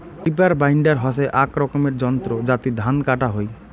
reaper binder হসে আক রকমের যন্ত্র যাতি ধান কাটা হই